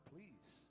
Please